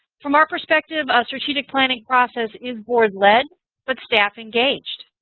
from our perspective, a strategic planning process is board led but staff engaged.